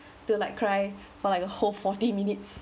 to like cry for like a whole forty minutes